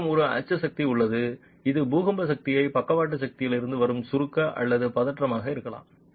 உங்களிடம் ஒரு அச்சு சக்தி உள்ளது இது பூகம்ப சக்தியை பக்கவாட்டு சக்தியிலிருந்து வரும் சுருக்க அல்லது பதற்றமாக இருக்கலாம்